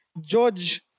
George